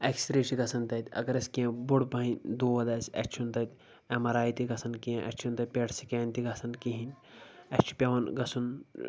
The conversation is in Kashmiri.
اٮ۪کس رے چھُ گژھان تتہِ اگر اسہِ کینٛہہ بوٚڑ پہنۍ دود آسہِ اسہِ چھُنہٕ تتہِ اٮ۪م آر آیۍ تہِ گژھان کینٛہہ اسہِ چھُنہٕ پٮ۪ٹ سکین تہِ گژھان کہیٖنۍ اسہِ چھُ پٮ۪وان گژھُن